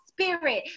Spirit